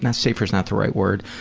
and safer's not the right word.